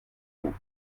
bug